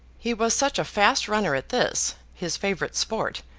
he was such a fast runner at this, his favourite sport,